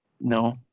No